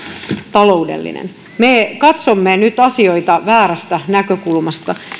taloudellinen me katsomme nyt asioita väärästä näkökulmasta